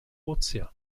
ozean